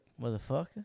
Motherfucker